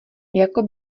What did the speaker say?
jako